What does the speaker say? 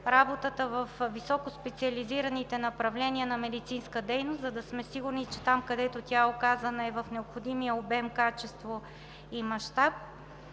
работата във високоспециализираните направления на медицинска дейност, за да сме сигурни, че там, където тя е оказана, е в необходимия обем, качество и мащаб.